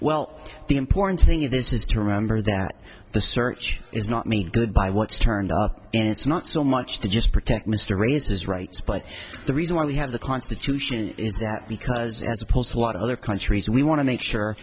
well the important thing is this is to remember that the search is not mean goodbye what's turned on and it's not so much to just protect mr raises rights but the reason why we have the constitution is that because as opposed to what other countries we want to make sure